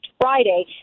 Friday